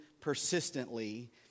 persistently